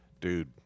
dude